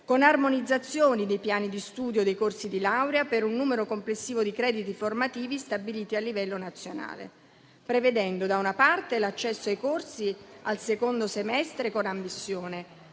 con armonizzazioni dei piani di studio dei corsi di laurea, per un numero complessivo di crediti formativi stabiliti a livello nazionale, prevedendo da una parte l'accesso ai corsi al secondo semestre con ammissione,